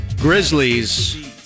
Grizzlies